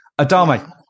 Adame